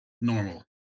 normal